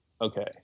Okay